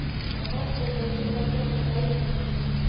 कपस से कईसे बचब बताई हमनी के?